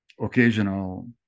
occasional